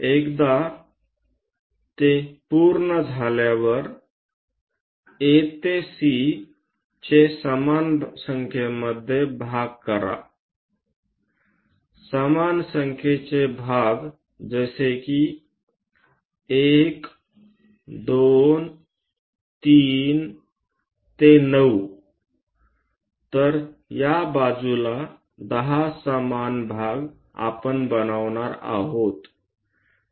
एकदा ते पूर्ण झाल्यावर A ते C चे समान संख्येमध्ये भाग करा समान संख्येचे भाग जसे कि 1 2 3 ते 9 तर या बाजूला 10 समान भाग आपण बनवणार आहोत